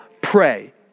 Pray